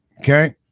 okay